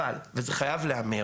אבל, וזה חייב להיאמר